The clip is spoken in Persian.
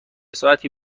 ساعتی